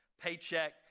paycheck